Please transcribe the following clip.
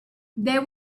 there